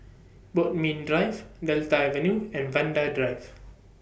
Bodmin Drive Delta Avenue and Vanda Drive